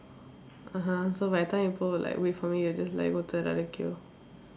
(uh huh) so by the time people will like wait for me they just like go to another queue